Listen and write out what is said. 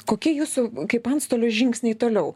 kokie jūsų kaip antstolio žingsniai toliau